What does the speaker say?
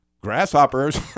grasshoppers